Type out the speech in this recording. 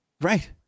Right